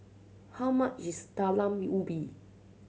how much is Talam Ubi